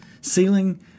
ceiling